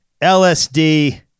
LSD